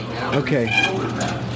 Okay